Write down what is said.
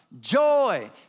joy